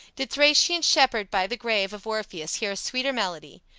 did thracian shepherd by the grave of orpheus hear a sweeter melody,